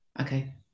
Okay